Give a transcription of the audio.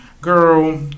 girl